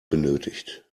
benötigt